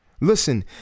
listen